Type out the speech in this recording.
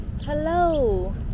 Hello